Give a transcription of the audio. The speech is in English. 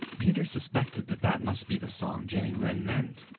peter suspected that that must be the song jenny wren meant.